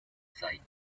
sei